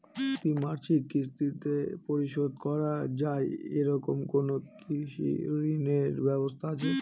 দ্বিমাসিক কিস্তিতে পরিশোধ করা য়ায় এরকম কোনো কৃষি ঋণের ব্যবস্থা আছে?